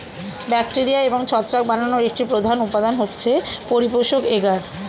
bacteria এবং ছত্রাক বানানোর একটি প্রধান উপাদান হচ্ছে পরিপোষক এগার